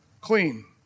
clean